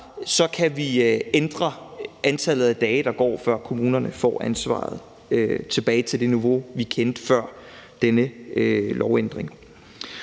kan vi ændre antallet af dage, der skal gå, før kommunerne får ansvaret, tilbage til det niveau, vi kendte før denne lovændring.